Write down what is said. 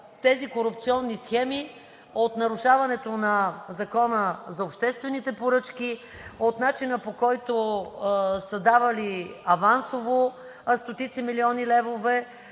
тези корупционни схеми от нарушаването на Закона за обществените поръчки, от начина, по който са давали авансово стотици милиони левове,